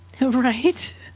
Right